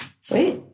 Sweet